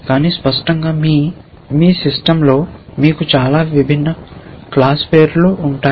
కానీ స్పష్టంగా మీ సిస్టమ్లో మీకు చాలా విభిన్న క్లాస్పేర్లు ఉంటాయి